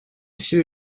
всё